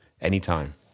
anytime